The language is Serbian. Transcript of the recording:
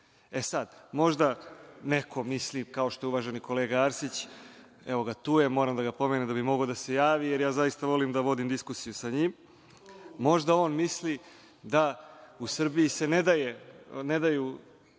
E, sad, možda neko misli, kao što je uvaženi kolega Arsić, evo ga tu je, moram da ga pomenem, da bi mogao da se javi, jer ja zaista volim da vodim diskusiju sa njim, možda on misli da u Srbiji ne daju